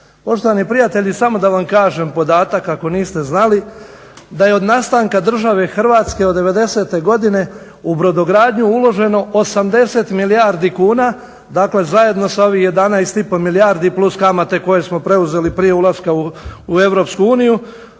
Poštovani prijatelji samo da vam kažem podatak ako niste znali da je od nastanka države Hrvatske od 90. Godine u brodogradnju uloženo 80 milijardi kuna, dakle zajedno sa ovih 11 i pol milijardi plus kamate koje smo preuzeli prije ulaska u EU